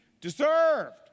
deserved